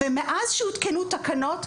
מאז שהותקנו תקנות,